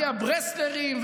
מהברסלרים,